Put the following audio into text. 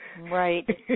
Right